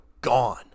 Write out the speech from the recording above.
gone